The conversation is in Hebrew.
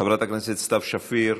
חברת הכנסת סתיו שפיר,